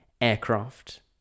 aircraft